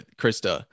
krista